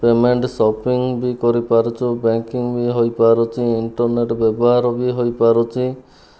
payment shopping ବି କରିପାରୁଛୁ banking ବି ହୋଇପାରୁଛି ଇଣ୍ଟରନେଟ ବ୍ୟବହାର ବି ହୋଇପାରୁଛି